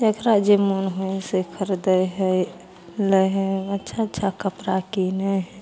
जकरा जे मोन होइ से खरिदै हइ लै हइ अच्छा अच्छा कपड़ा किनै हइ